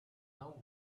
now